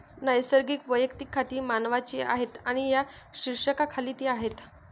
नैसर्गिक वैयक्तिक खाती मानवांची आहेत आणि या शीर्षकाखाली ती आहेत